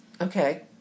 Okay